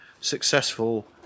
successful